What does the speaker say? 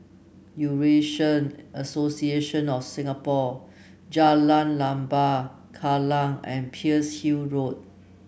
Eurasian Association of Singapore Jalan Lembah Kallang and Pearl's Hill Road